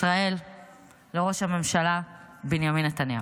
בישראל לראש הממשלה בנימין נתניהו.